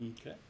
Okay